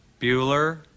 Bueller